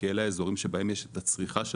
כי אלה האזורים שבהם יש את הצריכה של